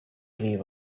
leave